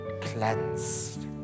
cleansed